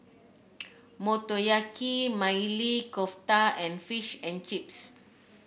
Motoyaki Maili Kofta and Fish and Chips